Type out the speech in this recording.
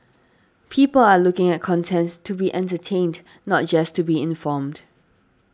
people are looking at contents to be entertained not just to be informed